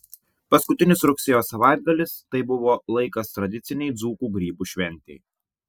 paskutinis rugsėjo savaitgalis tai buvo laikas tradicinei dzūkų grybų šventei